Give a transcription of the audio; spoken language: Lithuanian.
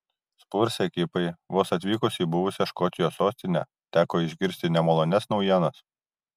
spurs ekipai vos atvykus į buvusią škotijos sostinę teko išgirsti nemalonias naujienas